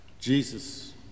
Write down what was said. Jesus